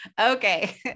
okay